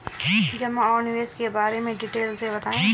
जमा और निवेश के बारे में डिटेल से बताएँ?